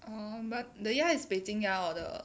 orh but the 鸭 is beijing 鸭 or the